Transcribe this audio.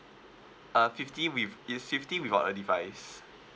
uh fifty with is fifty without a device